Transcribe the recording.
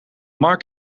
marc